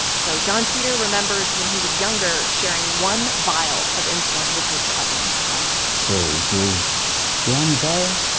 so johnpeter remembers, when he was younger, sharing one vial of insulin with his cousin wow so it was one vial,